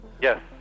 yes